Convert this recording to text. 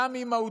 גם אם מהותיים,